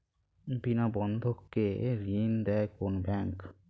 বিনা বন্ধক কে ঋণ দেয় কোন ব্যাংক?